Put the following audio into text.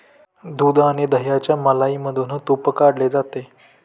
दूध आणि दह्याच्या मलईमधून तुप काढले जाते